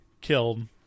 killed